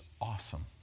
awesome